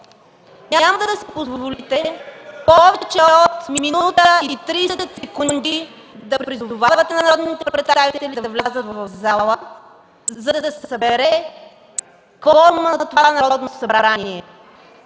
няма да си позволите повече от минута и тридесет секунди да призовавате народните представители да влязат в залата, за да се събере кворумът на това Народно събрание.